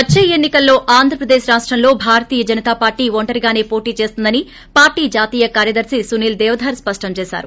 వచ్చే ఎన్సి కల్లో ఆంధ్రప్రదేశ్ రాష్టంలో భారతీయ జనతాపార్టీ ఒంటరిగానే పోటీ చేస్తుందని పార్టీ జాతీయ కార్యదర్శి సునీల్ దేవ్ధర్ స్పష్టం చేశారు